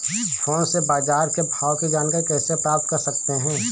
Phone से बाजार के भाव की जानकारी कैसे प्राप्त कर सकते हैं?